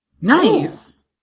Nice